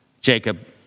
Jacob